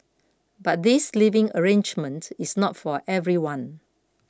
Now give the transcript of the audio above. but this living arrangement is not for everyone